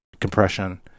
compression